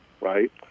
right